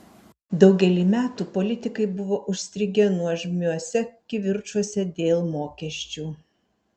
daugelį metų politikai buvo užstrigę nuožmiuose kivirčuose dėl mokesčių